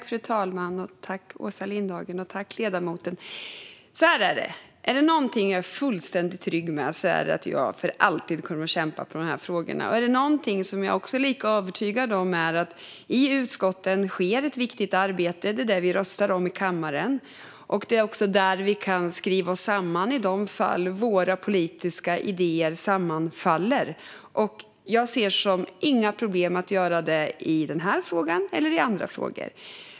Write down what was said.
Fru talman, Åsa Lindhagen och ledamoten! Så här är det: Om det är någonting jag är fullständigt trygg med är det att jag för alltid kommer att kämpa för de här frågorna. Om det är någonting som jag är lika övertygad om är det att det sker ett viktigt arbete i utskotten. Det är det vi röstar om i kammaren, och det är också i utskotten vi kan skriva oss samman i de fall våra politiska idéer sammanfaller. Jag ser inga problem att göra det i den här frågan eller i andra frågor.